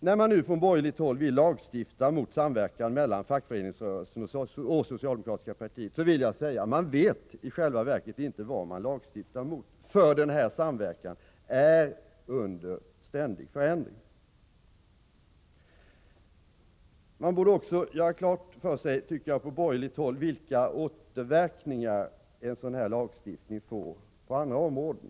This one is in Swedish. När man nu från borgerligt håll vill lagstifta mot samverkan mellan fackföreningsrörelsen och det socialdemokratiska partiet, vill jag säga att man i själva verket inte vet vad man lagstiftar mot, för denna samverkan är under ständig förändring. Man borde också göra klart för sig på borgerligt håll, tycker jag, vilka återverkningar en sådan lagstiftning får på andra områden.